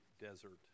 desert